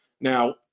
now